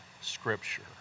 Scripture